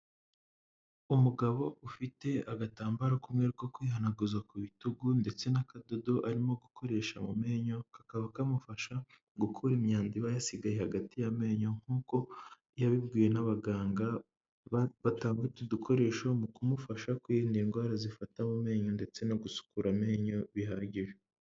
Umugabo ufite agatambaro k'umweru ko kwihanaguza ku bitugu ndetse n'akadodo arimo gukoresha mu menyo, kakaba kamufasha, gukura imyanda iba yasigaye hagati y'amenyo, nk'uko yabibwiwe n'abaganga batanga utu dukoresho, mu kumufasha kwirinda indwara zifata mu menyo ndetse no gusukura amenyo bihagije.